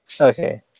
Okay